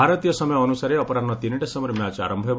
ଭାରତୀୟ ସମୟ ଅନୁସାରେ ଅପରାହ୍ନ ତିନିଟା ସମୟରେ ମ୍ୟାଚ୍ ଆରମ୍ଭ ହେବ